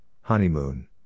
Honeymoon